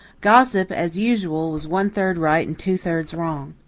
gossip, as usual, was one-third right and two-thirds wrong.